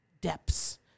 depths